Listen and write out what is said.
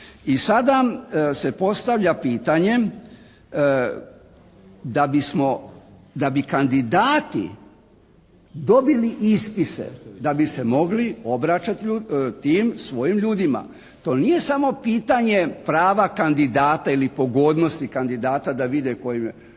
I sada se postavlja pitanje da bismo, da bi kandidati dobili ispise, da bi se mogli obraćati tim svojim ljudima to nije samo pitanje prava kandidata ili pogodnosti kandidata da vide tko im je,